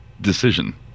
decision